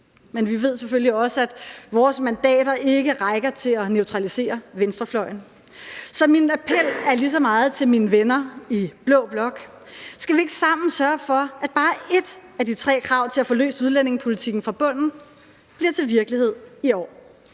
men vi ved selvfølgelig også, at vores mandater ikke rækker til at neutralisere venstrefløjen. Så min appel er lige så meget til mine venner i blå blok: Skal vi ikke sammen sørge for, at bare ét af de tre krav til at få løst problemerne med udlændingepolitikken fra bunden bliver til virkelighed i år?